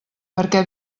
perquè